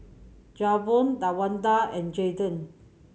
Javon Tawanda and Jaiden